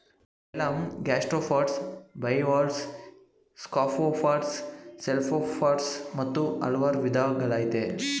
phylum gastropods bivalves scaphopods cephalopods ಮತ್ತು ಹಲ್ವಾರ್ ವಿದಗಳಯ್ತೆ